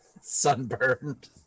sunburned